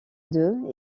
deux